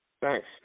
Thanks